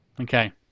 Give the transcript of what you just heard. Okay